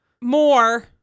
more